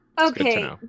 Okay